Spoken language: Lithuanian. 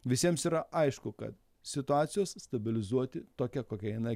visiems yra aišku kad situacijos stabilizuoti tokia kokia jinai